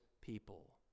people